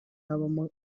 habamo